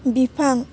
बिफां